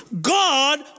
God